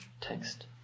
text